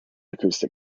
acoustic